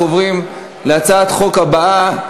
אנחנו עוברים להצעת החוק הבאה,